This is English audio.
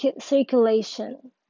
circulation